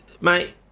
Mate